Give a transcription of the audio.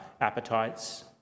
appetites